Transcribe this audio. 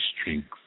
strength